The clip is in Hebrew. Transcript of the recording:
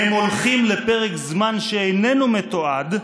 הם הולכים לפרק זמן שאיננו מתועד,